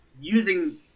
using